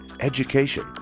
education